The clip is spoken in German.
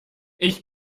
ich